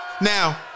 Now